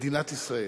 מדינת ישראל.